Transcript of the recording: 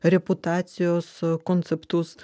reputacijos konceptus